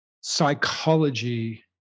psychology